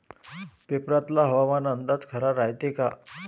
पेपरातला हवामान अंदाज खरा रायते का?